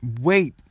wait